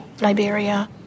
Liberia